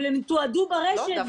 אבל הם תועדו ברשת.